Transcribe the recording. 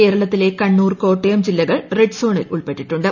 കേരളത്തിലെ കണ്ണൂർ കോട്ടയം ജില്ലകൾ റെഡ്സോണിൽ ഉൾപ്പെട്ടിട്ടുണ്ട്